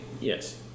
Yes